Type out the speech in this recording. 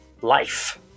life